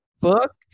Book